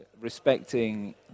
Respecting